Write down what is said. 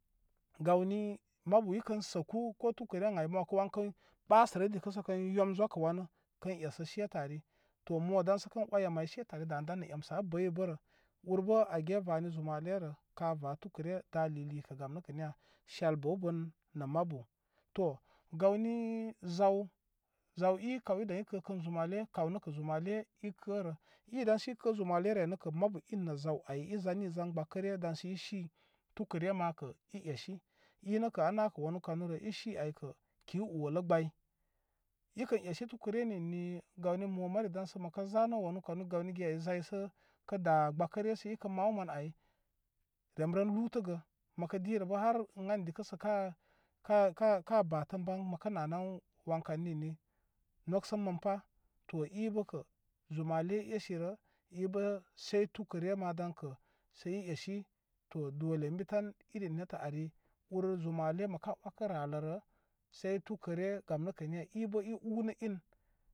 Gawni mabu ikən səkuko tukəre ən ay ma wəku wən kə ɓasərə dikən yeŋ zokə wanu kən esə setə ari to mo daysə kən oy əm ay setə ari danə dan nə emsən abəybərə urbə age vani zumalerə ka va tukəre kə lilikə gam nəkə niya sel bəw bən nə mabu to gawni zaw zaw ikaw ikə kən zumale kaw nəkə zumale ikərə i daŋsə ikə zumalerəkə mabu nə zaw ayi zanni zangbə kəre dansə i shiy tukəre makəl ishi i nəkə a nakə wanurə i shi aykə kə i olə gbəy ikə e shi tukəre ninni gawni mo mari daŋsə məkə zanə wanə kənə gawni giya sə kə da gbəkəre sə kə da gbəkəre sə i maw man ay rem ren rutəgə məkə dirəbə har in ani dikə sə ka kaka batən ban wankan ninni ləksən mənpa to i bəkə zuma le i eshiri ibə she tukəre ma daykə səi eshi to dole ən bi tan irin nettə air ur zumale məka wəka rəllərə sai tukəre gam nəkə niya i bəi unə in.